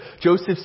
Joseph